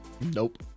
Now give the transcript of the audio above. nope